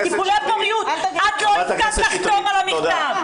בטיפולי הפוריות את לא הסכמת לחתום על המכתב.